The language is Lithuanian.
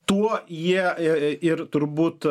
tuo jie ir ir turbūt